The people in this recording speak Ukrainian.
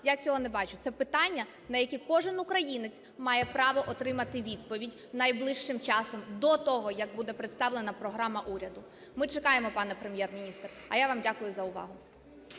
Я цього не бачу. Це питання, на які кожен українець має право отримати відповідь найближчим часом, до того, як буде представлена програма уряду. Ми чекаємо, пане Прем'єр-міністр. А я вам дякую за увагу.